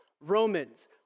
Romans